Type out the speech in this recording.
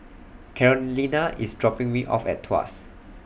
Carolina IS dropping Me off At Tuas